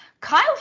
Kyle